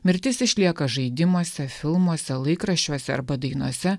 mirtis išlieka žaidimuose filmuose laikraščiuose arba dainose